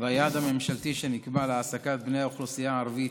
והיעד הממשלתי שנקבע להעסקת בני האוכלוסייה הערבית,